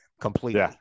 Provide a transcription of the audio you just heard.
completely